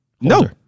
No